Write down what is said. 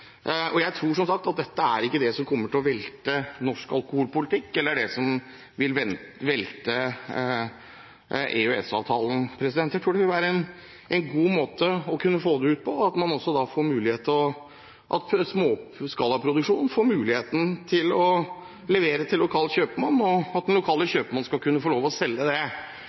Jeg tror som sagt at dette ikke er det som kommer til å velte norsk alkoholpolitikk, eller det som vil velte EØS-avtalen. Jeg tror dette vil være en god måte å kunne få det ut på, at småskalaprodusentene da får muligheten til å levere til den lokale kjøpmann, og at den lokale kjøpmann skal kunne få lov til å selge dette. Og det